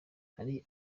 hari